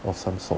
of some sort